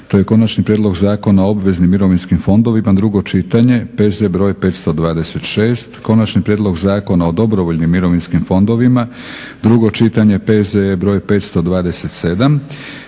- Konačni prijedlog Zakona o obveznim mirovinskim fondovima, drugo čitanje, P.Z. br. 526 - Konačni prijedlog Zakona o dobrovoljnim mirovinskim fondovima, drugo čitanje, P.Z.E. br. 527